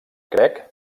crec